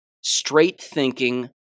straight-thinking